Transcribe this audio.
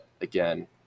again